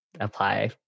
apply